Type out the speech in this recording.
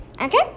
Okay